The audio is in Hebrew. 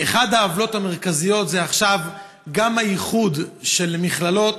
אחת העוולות המרכזיות עכשיו היא האיחוד של מכללות